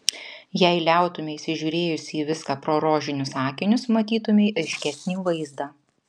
jei liautumeisi žiūrėjusi į viską pro rožinius akinius matytumei aiškesnį vaizdą